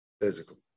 physical